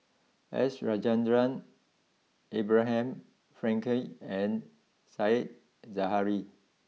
S Rajendran Abraham Frankel and Said Zahari